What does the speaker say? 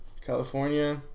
California